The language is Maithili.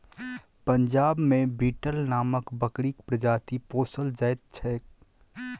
पंजाब मे बीटल नामक बकरीक प्रजाति पोसल जाइत छैक